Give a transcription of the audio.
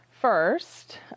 first